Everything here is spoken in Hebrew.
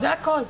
זה הכול.